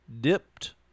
dipped